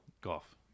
Golf